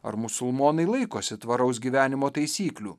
ar musulmonai laikosi tvaraus gyvenimo taisyklių